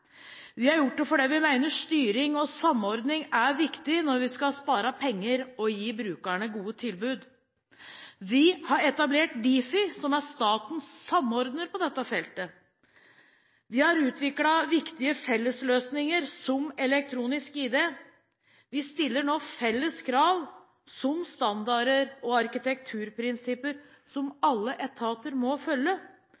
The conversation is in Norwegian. Vi har gjort det fordi vi mener styring og samordning er viktig når vi skal spare penger og gi brukerne gode tilbud. Vi har etablert Difi, som er statens samordner på dette feltet. Vi har utviklet viktige fellesløsninger, som elektronisk ID. Vi stiller nå felles krav, som standarder og arkitekturprinsipper, som